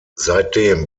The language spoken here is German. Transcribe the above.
seitdem